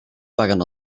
paguen